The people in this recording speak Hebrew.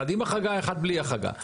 אחד עם החרגה, אחד בלי החרגה.